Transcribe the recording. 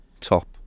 Top